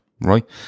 right